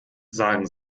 sagen